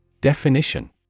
Definition